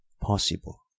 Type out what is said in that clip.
possible